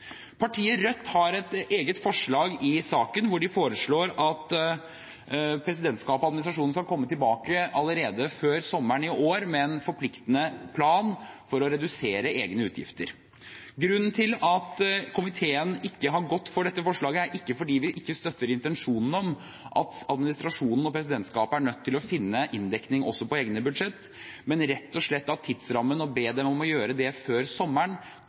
Partiet Rødt har et eget forslag i saken, hvor de foreslår at presidentskapet og administrasjonen skal komme tilbake allerede før sommeren i år med en forpliktende plan for å redusere egne utgifter. Grunnen til at komiteen ikke har gått for dette forslaget, er ikke at vi ikke støtter intensjonen om at administrasjonen og presidentskapet er nødt til å finne inndekning også i egne budsjetter, men rett og slett at tidsrammen kan bli for tett om man ber dem gjøre det før sommeren,